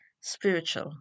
spiritual